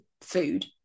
food